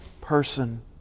person